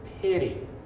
pity